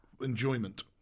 enjoyment